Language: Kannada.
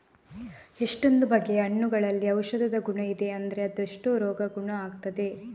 ಎಷ್ಟೊಂದು ಬಗೆಯ ಹಣ್ಣುಗಳಲ್ಲಿ ಔಷಧದ ಗುಣ ಇದೆ ಅಂದ್ರೆ ಅದೆಷ್ಟೋ ರೋಗ ಗುಣ ಆಗ್ತದೆ